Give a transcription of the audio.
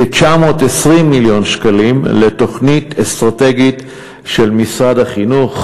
כ-920 מיליון שקלים לתוכנית אסטרטגית של משרד החינוך,